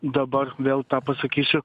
dabar vėl tą pasakysiu